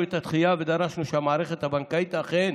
את הדחייה ודרשנו שהמערכת הבנקאית אכן